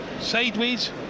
sideways